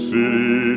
City